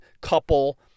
couple